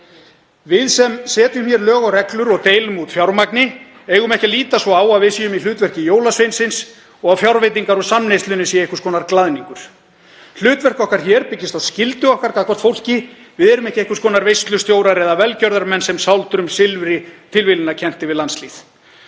Við sem setjum hér lög og reglur og deilum út fjármagni eigum ekki að líta svo á að við séum í hlutverki jólasveinsins og að fjárveitingar úr samneyslunni séu einhvers konar glaðningur. Hlutverk okkar hér byggist á skyldu okkar gagnvart fólki. Við erum ekki einhvers konar veislustjórar eða velgjörðarmenn sem sáldra silfri tilviljunarkennt yfir landslýð.